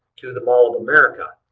to the mall of america.